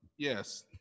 Yes